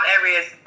areas